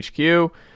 hq